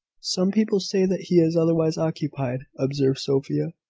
some people say that he is otherwise occupied, observed sophia,